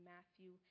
Matthew